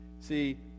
See